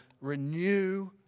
renew